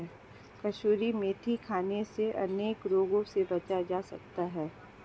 कसूरी मेथी खाने से अनेक रोगों से बचा जा सकता है